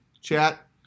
chat